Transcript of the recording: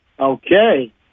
Okay